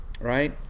Right